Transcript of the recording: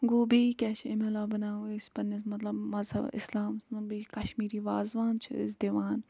گوٚو بیٚیہِ کیٛاہ چھِ أمۍ علاوٕ بناوان أسۍ پَنٛنِس مطلب مذہب اِسلامَس منٛز بیٚیہِ کَشمیٖری وازٕوان چھِ أسۍ دِوان